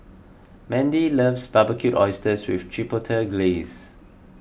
Mendy loves Barbecued Oysters with Chipotle Glaze